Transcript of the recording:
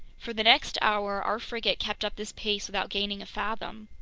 for the next hour our frigate kept up this pace without gaining a fathom!